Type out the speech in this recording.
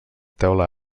teula